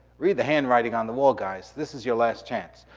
read the handwriting on the wall, guys, this is your last chance.